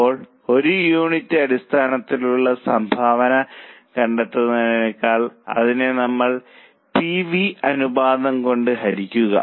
അപ്പോൾ ഒരു യൂണിറ്റ് അടിസ്ഥാനത്തിലുള്ള സംഭാവന കണ്ടെത്തുന്നതിനെക്കാൾ അതിനെ നമ്മൾ പിവി അനുപാതംകൊണ്ട് ഹരിക്കുക